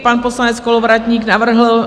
Pan poslanec Kolovratník navrhl...